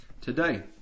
today